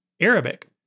Arabic